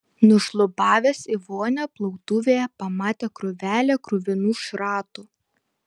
nušlubavęs į vonią plautuvėje pamatė krūvelę kruvinų šratų